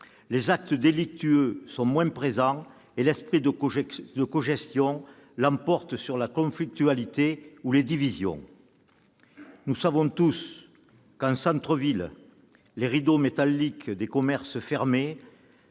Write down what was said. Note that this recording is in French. les actes délictueux sont moins nombreux et l'esprit de cogestion l'emporte sur la conflictualité ou les divisions. Nous savons tous qu'en centre-ville les rideaux métalliques des commerces fermés,